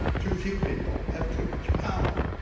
too few people have too much power.